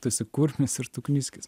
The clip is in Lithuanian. tu esi kurmis ir tu kniskis